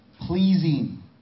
pleasing